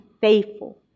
faithful